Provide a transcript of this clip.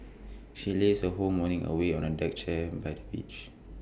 she lazed her whole morning away on A deck chair by the beach